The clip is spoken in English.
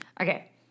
Okay